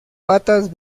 patas